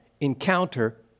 encounter